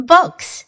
Books